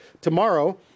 Tomorrow